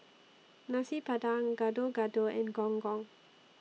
Nasi Padang Gado Gado and Gong Gong